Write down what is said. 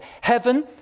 heaven